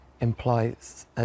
Implies